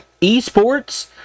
esports